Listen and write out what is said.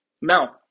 Now